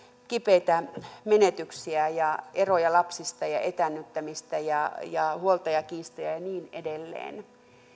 kipeitä menetyksiä ja eroja lapsista ja etäännyttämistä ja ja huoltajakiistoja ja niin edelleen